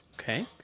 Okay